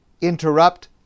interrupt